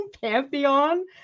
Pantheon